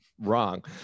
wrong